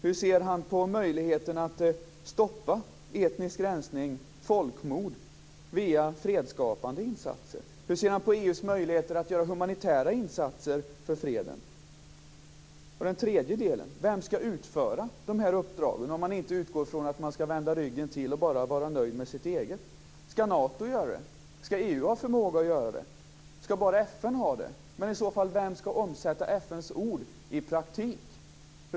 Hur ser han på möjligheten att stoppa etnisk rensning och folkmord via fredsskapande insatser? Hur ser han på EU:s möjligheter att göra humanitära insatser för freden? Och den tredje delen: Vem skall utföra de här uppdragen, om man inte utgår från att man skall vända ryggen till och bara vara nöjd med sitt eget? Skall Nato göra det? Skall EU ha förmåga att göra det? Skall bara FN ha det? Men vem skall i så fall omsätta FN:s ord i praktik?